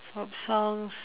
pop songs